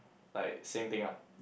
like same thing ah